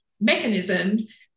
mechanisms